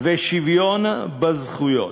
ושוויון בזכויות.